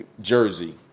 Jersey